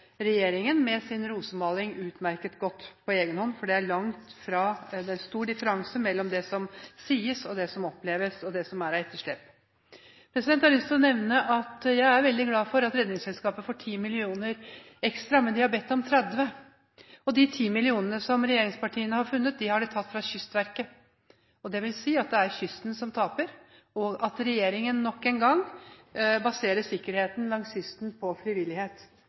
regjeringen med sin rosemaling utmerket godt på egen hånd, for det er stor differanse mellom det som sies, det som oppleves, og det som er av etterslep. Jeg har lyst til å nevne at jeg er veldig glad for at Redningsselskapet får 10 mill. kr ekstra. Men de har bedt om 30. De ti millionene som regjeringspartiene har funnet, har de tatt fra Kystverket. Det vil si at det er kysten som taper, og at Regjeringen nok en gang baserer sikkerheten langs kysten på frivillighet.